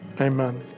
Amen